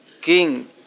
king